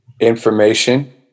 information